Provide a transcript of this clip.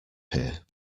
here